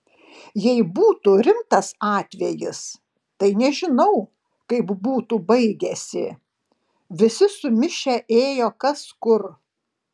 jei būtų rimtas atvejis tai nežinau kaip būtų baigęsi visi sumišę ėjo kas kur